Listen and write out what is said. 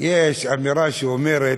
אמירה שאומרת: